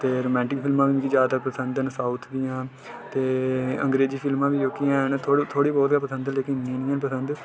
ते रोमैंटिक फिल्मां पसंद न साउथ दियां ते अंगरेजी फिल्मां जोह्कियां न थोह्ड़ी बहुत पसंद न लेकिन इ'न्नियां नेईं न पसंद